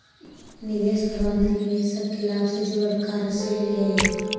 निवेश प्रबंधन निवेशक के लाभ से जुड़ल कार्यशैली हइ